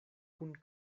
kun